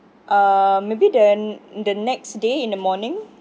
uh maybe then the next day in the morning